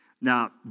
Now